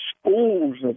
schools